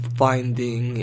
finding